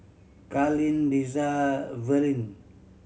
Carleen Liza Verlyn